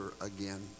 again